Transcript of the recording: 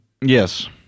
Yes